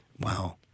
Wow